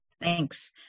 Thanks